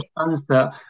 answer